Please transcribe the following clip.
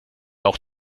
auch